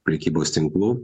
prekybos tinklų